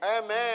Amen